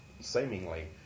seemingly